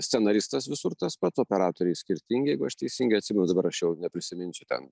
scenaristas visur tas pats operatoriai skirtingi jeigu aš teisingai atsimenu dabar aš jau neprisiminsiu ten